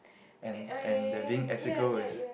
and and that being ethical is